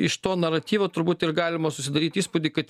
iš to naratyvo turbūt ir galima susidaryt įspūdį kad